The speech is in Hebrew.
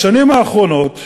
בשנים האחרונות,